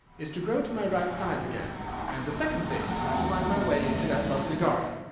is to grow to my right size again and the second thing is to find my way into that lovely garden.